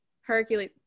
Hercules